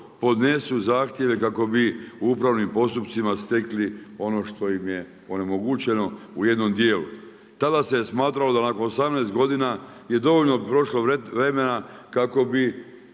podnesu zahtjeve kako bi u upravnim postupcima stekli ono što im je onemogućeno u jednom djelu. Tada se smatralo da nakon 18 godina je dovoljno prošlo vremena kako bi